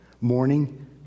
morning